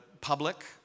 public